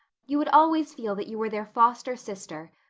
you would always feel that you were their foster sister.